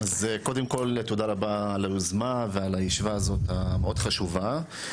קודם כל תודה רבה על היוזמה ועל הישיבה הזאת המאוד חשובה.